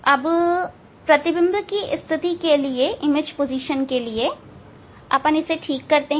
अब प्रतिबिंब की स्थिति के लिए आप इसे ठीक करते हैं